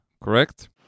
correct